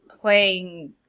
playing